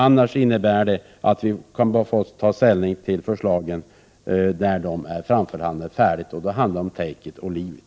Annars får vi bara ta ställning till förslagen när de är färdigbehandlade, och då blir det fråga om ”take it or leave it”.